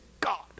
God